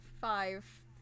five